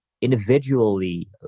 individually